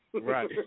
right